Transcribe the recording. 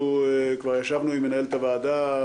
אנחנו כבר ישבנו עם מנהלת הוועדה,